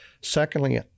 Secondly